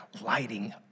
lighting